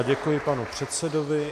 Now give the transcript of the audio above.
Děkuji panu předsedovi.